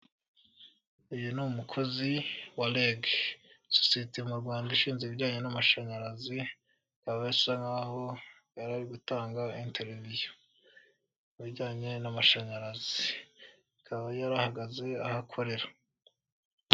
Uyu ni umukozi wa REG, sosiyete mu Rwanda ishinzwe ibijyanye n'amashanyarazi akaba asa nk'aho ari gutanga interiviyu kubijyanye n'amashanyarazi akaba yarahagaze aho akorera.